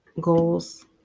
goals